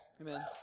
Amen